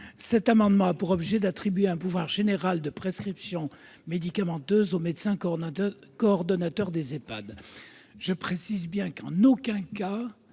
Cet amendement a pour objet d'attribuer un pouvoir général de prescription médicamenteuse aux médecins coordonnateurs des EHPAD. Je précise d'emblée que, en aucun cas,